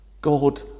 God